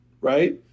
right